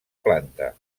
planta